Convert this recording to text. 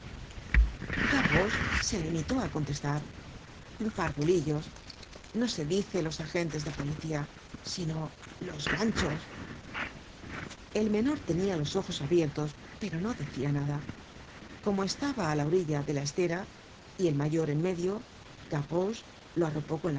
gavroche se limitó á contestar iparvulillos no se dice los agentes de policía sino los ganchos el menor tenia los ojos abiertos pero no decia nada como estaba á la orilla de la estera y el mayor en medio gavroche le arropó con